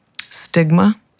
stigma